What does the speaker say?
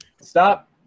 Stop